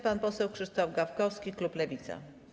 Pan poseł Krzysztof Gawkowski, klub Lewica.